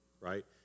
right